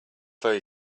very